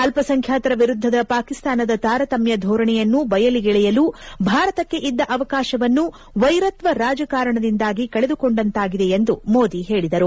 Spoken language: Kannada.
ಅಲ್ಪಸಂಖ್ಯಾತರ ವಿರುದ್ದದ ಪಾಕಿಸ್ತಾನದ ತಾರತಮ್ಯ ಧೋರಣೆಯನ್ನು ಬಯಲಿಗೆಳೆಯಲು ಭಾರತಕ್ಕೆ ಇದ್ದ ಅವಕಾಶವನ್ನು ವೈರತ್ವ ರಾಜಕಾರಣದಿಂದಾಗಿ ಕಳೆದುಕೊಂಡಂತಾಗಿದೆ ಎಂದು ಮೋದಿ ಹೇಳದರು